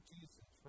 Jesus